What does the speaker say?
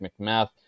McMath